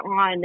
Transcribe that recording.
on